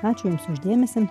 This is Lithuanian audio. ačiū jums už dėmesį